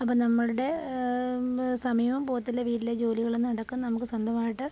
അപ്പോള് നമ്മളുടെ സമയവും പോവത്തില്ല വീട്ടിലെ ജോലികളും നടക്കും നമ്മള്ക്ക് സ്വന്തമായിട്ട്